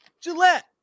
Gillette